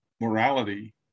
morality